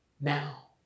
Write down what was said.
Now